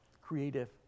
creative